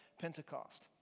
Pentecost